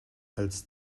als